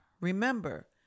Remember